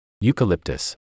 Eucalyptus